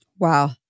Wow